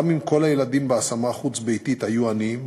גם אם כל הילדים בהשמה חוץ-ביתית היו עניים,